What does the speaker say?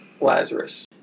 Lazarus